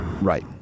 Right